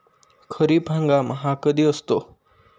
खरीप हंगाम हा कधी असतो?